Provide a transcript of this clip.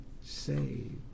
saved